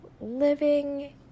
living